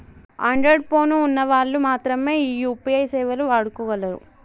Android phone ఉన్న వాళ్ళు మాత్రమె ఈ యూ.పీ.ఐ సేవలు వాడుకోగలరు